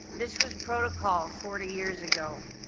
this was protocol forty years ago,